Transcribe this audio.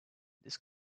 this